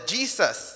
Jesus